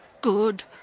good